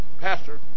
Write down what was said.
Pastor